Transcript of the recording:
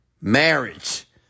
marriage